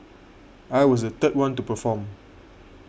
I was the third one to perform